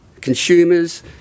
consumers